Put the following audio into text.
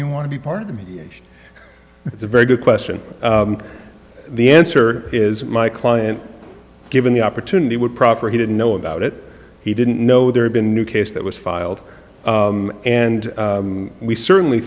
you want to be part of the me it's a very good question the answer is my client given the opportunity would proper he didn't know about it he didn't know there had been new case that was filed and we certainly